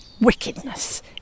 Wickedness